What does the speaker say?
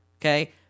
Okay